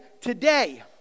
today